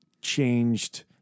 changed